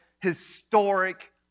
historic